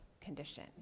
condition